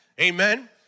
Amen